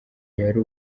yari